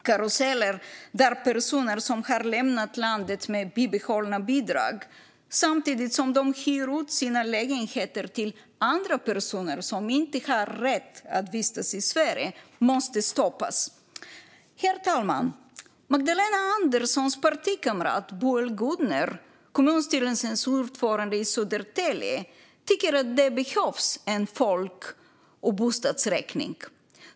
Karuseller där personer som har lämnat landet med bibehållna bidrag hyr ut sina lägenheter till personer som inte har rätt att vistas i Sverige måste stoppas. Herr talman! Magdalena Anderssons partikamrat Boel Godner, kommunstyrelsens ordförande i Södertälje, tycker att det behövs en folk och bostadsräkning.